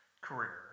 career